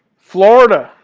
florida.